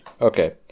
Okay